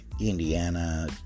Indiana